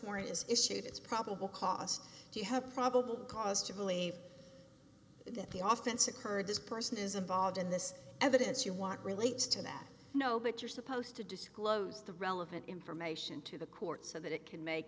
warrant is issued it's probable cost do you have probable cause to believe that the often sick heard this person is involved in this evidence you want relates to that no but you're supposed to disclose the relevant information to the court so that it can make